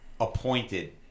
appointed